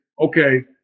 Okay